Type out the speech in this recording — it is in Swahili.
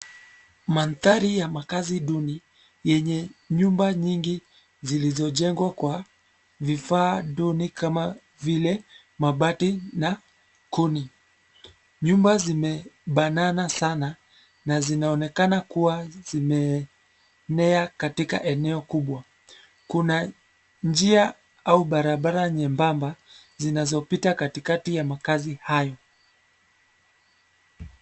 Mandhari ya makaazi duni yenye nyumba nyingi zilizojengwa kwa vifaa duni kama vile mabati na kuni. Nyumba zimebanana sana na zinaonekana kuwa zimeenea katika eneo kubwa. Kuna njia au barabara nyebamba zinazopita katikati ya makaazi hayo.